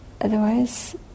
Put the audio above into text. Otherwise